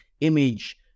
image